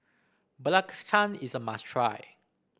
belacan is a must try